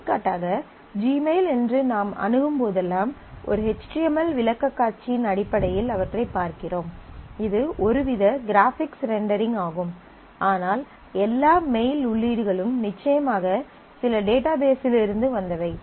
எடுத்துக்காட்டாக ஜிமெயில் என்று நாம் அணுகும்போதெல்லாம் ஒரு HTML விளக்கக்காட்சியின் அடிப்படையில் அவற்றைப் பார்க்கிறோம் இது ஒருவித கிராபிக்ஸ் ரெண்டரிங் ஆகும் ஆனால் எல்லா மெயில் உள்ளீடுகளும் நிச்சயமாக சில டேட்டாபேஸிருந்து வந்தவை